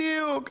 בדיוק,